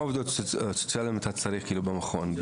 --- כמה עובדות סוציאליות אתה צריך במכון?